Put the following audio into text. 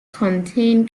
contain